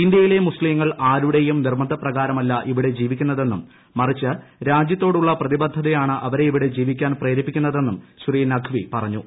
ഇന്ത്യയിലെ മുസ്ലീങ്ങൾ ആരുടെയും നിർബന്ധപ്രകാരമല്ല ഇവിടെ ജീവിക്കുന്നതെന്നും മറിച്ച് രാജ്യത്തോടുള്ള പ്രതിബദ്ധതയാണ് അവരെ ഇവിടെ ജീവിക്കാൻ പ്രേരിപ്പിക്കുന്നതെന്നും ശ്രീ നഖ്പി പറഞ്ഞു